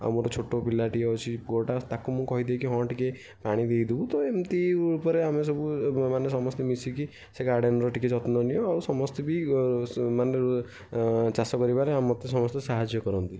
ଆଉ ମୋର ଛୋଟ ପିଲାଟିଏ ଅଛି ପୁଅଟା ତାକୁ ମୁଁ କହିଦିଏ କି ହଁ ଟିକେ ପାଣି ଦେଇଦେବୁ ତ ଏମିତି ଉପରେ ଆମେସବୁ ମାନେ ସମସ୍ତେ ମିଶିକି ସେ ଗାର୍ଡ଼଼େନ୍ର ଟିକେ ଯତ୍ନ ନେଉ ଆଉ ସମସ୍ତେ ବି ମାନେ ଚାଷ କରିବାରେ ମତେ ସମସ୍ତେ ସାହାଯ୍ୟ କରନ୍ତି